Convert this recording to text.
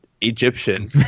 egyptian